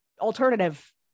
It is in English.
alternative